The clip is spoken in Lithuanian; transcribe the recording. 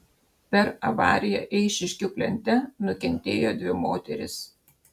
per avariją eišiškių plente nukentėjo dvi moterys